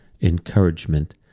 encouragement